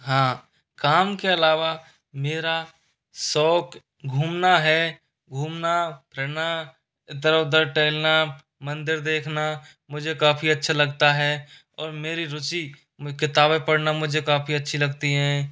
हाँ काम के अलावा मेरा शौक घूमना है घूमना फिरना इधर उधर टहलना मंदिर देखना मुझे काफ़ी अच्छा लगता है और मेरी रूचि किताबें पढ़ना मुझे काफ़ी अच्छी लगती हैं